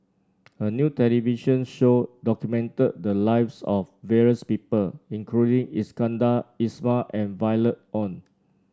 a new television show documented the lives of various people including Iskandar Ismail and Violet Oon